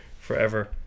forever